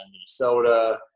Minnesota